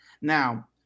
Now